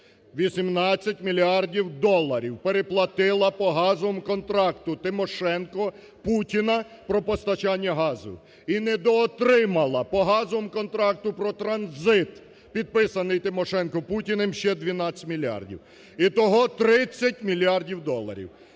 18 мільярдів доларів переплатила по газовому контракту Тимошенко-Путіна про постачання газу. І недоотримала по газовому контракту про транзит, підписаний Тимошенко-Путіним, ще 12 мільярдів. Ітого: 30 мільярдів доларів.